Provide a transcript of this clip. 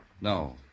No